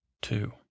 two